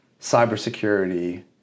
cybersecurity